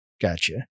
Gotcha